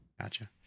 gotcha